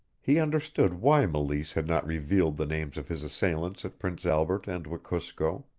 he understood why meleese had not revealed the names of his assailants at prince albert and wekusko,